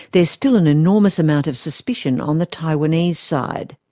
there is still an enormous amount of suspicion on the taiwanese side.